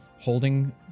holding